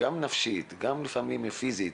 גם נפשית, גם לפעמים פיזית.